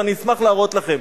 ואני אשמח להראות לכם.